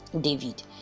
David